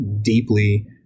deeply